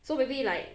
so maybe like